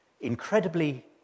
incredibly